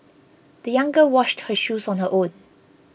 the young girl washed her shoes on her own